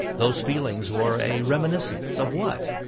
those feelings were a reminiscence of what?